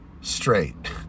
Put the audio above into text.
straight